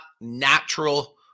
natural